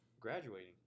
graduating